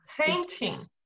painting